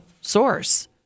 source